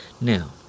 Now